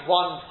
one